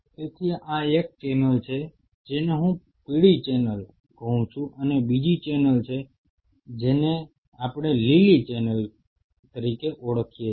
તેથી આ એક ચેનલ છે જેને હું પીળી ચેનલ કહું છું અને બીજી ચેનલ છે જેને આપણે લીલી ચેનલ તરીકે ઓળખીએ છીએ